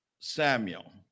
Samuel